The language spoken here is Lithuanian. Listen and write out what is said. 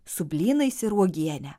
su blynais ir uogiene